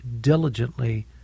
diligently